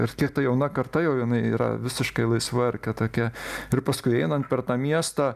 ir kiek ta jauna karta jau jinai yra visiškai laisva ar kad tokia ir paskui einant per tą miestą